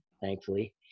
thankfully